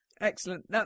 Excellent